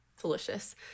delicious